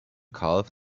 calf